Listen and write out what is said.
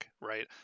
right